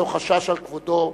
לא חשש לכבודו,